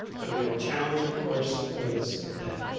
the real challenge of course was that,